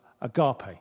agape